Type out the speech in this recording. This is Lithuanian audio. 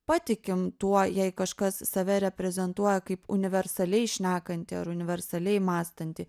patikim tuo jei kažkas save reprezentuoja kaip universaliai šnekantį ar universaliai mąstantį